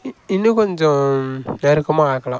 இ இன்னும் கொஞ்சம் நெருக்கமாக ஆக்கலாம்